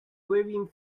waving